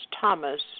Thomas